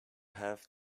have